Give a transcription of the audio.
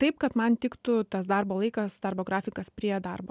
taip kad man tiktų tas darbo laikas darbo grafikas prie darbo